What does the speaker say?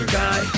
guy